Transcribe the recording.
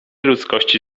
ludzkości